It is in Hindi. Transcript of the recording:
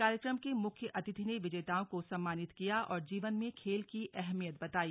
कार्यक्रम के मुख्य अतिथि ने विजेताओं को सम्मानित किया और जीवन में खेल की अहमियत बताई